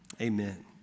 Amen